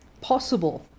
possible